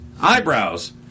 eyebrows